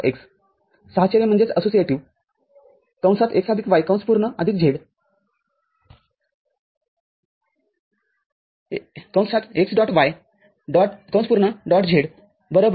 x साहचर्य x y z x y z x